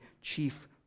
chief